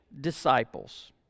disciples